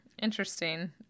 interesting